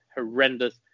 horrendous